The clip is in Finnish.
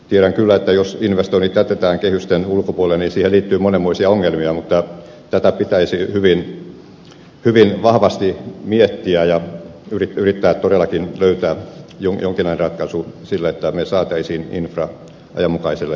tiedän kyllä että jos investoinnit jätetään kehysten ulkopuolelle niin siihen liittyy monenmoisia ongelmia mutta tätä pitäisi hyvin vahvasti miettiä ja yrittää todellakin löytää jonkinlainen ratkaisu sille että me saisimme infran ajanmukaiselle tasolle